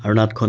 not